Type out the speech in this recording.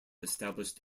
established